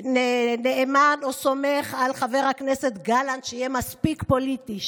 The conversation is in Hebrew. נאמן או סומך על חבר הכנסת גלנט שיהיה מספיק פוליטי,